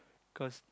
cause